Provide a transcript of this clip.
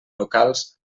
locals